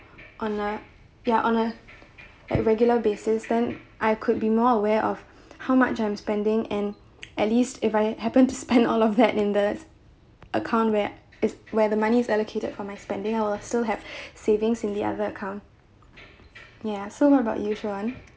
on a ya on a like regular basis then I could be more aware of how much I'm spending and at least if I happen to spend all of that in the account where is where the money is allocated for my spending I will still have savings in the other account ya so what about you chivonne